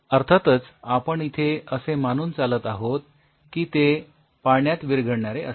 अर्थातच आपण इथे असे मानून चालत आहोत की ते पाण्यात विरघळणारे असेल